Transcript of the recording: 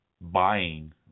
buying